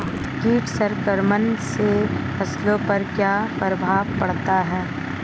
कीट संक्रमण से फसलों पर क्या प्रभाव पड़ता है?